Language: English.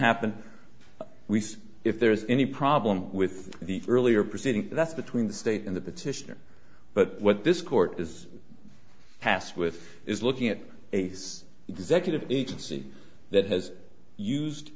happened if there's any problem with the earlier proceeding that's between the state and the petitioner but what this court is passed with is looking at ace executive agency that has used